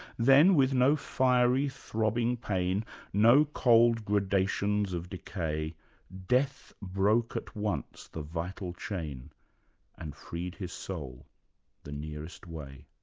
then with no fiery throbbing pain no cold gradations of decay death broke at once the vital chain and freed his soul the nearest way.